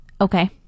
Okay